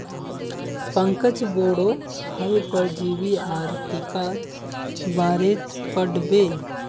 पंकज बोडो हय परजीवी आर टीकार बारेत पढ़ बे